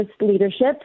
leadership